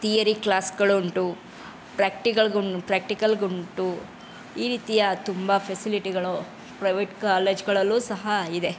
theory ಕ್ಲಾಸುಗಳು ಉಂಟು practical ಪ್ರ್ಯಾಕ್ಟಿಕಲ್ಲಿಗುಂಟು ಈ ರೀತಿಯ ತುಂಬ ಫೆಸಿಲಿಟಿಗಳು ಪ್ರೈವೇಟ್ ಕಾಲೇಜುಗಳಲ್ಲೂ ಸಹ ಇದೆ